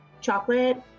chocolate